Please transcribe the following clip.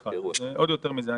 אז זה עוד יותר מזה.